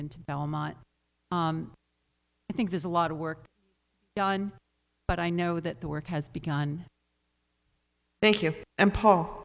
into belmont i think there's a lot of work done but i know that the work has begun thank you and paul